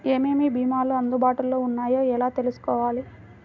ఏమేమి భీమాలు అందుబాటులో వున్నాయో ఎలా తెలుసుకోవాలి?